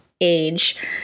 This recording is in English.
age